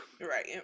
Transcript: right